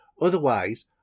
otherwise